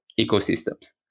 ecosystems